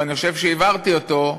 ואני חושב שהבהרתי אותו,